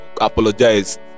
apologize